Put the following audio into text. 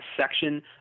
section